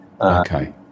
okay